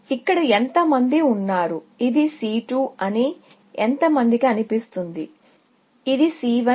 ఇక్కడ ఎంత మంది ఉన్నారు ఇది C2 అని ఎంతమందికి అనిపిస్తుంది ఇది C1